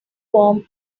warm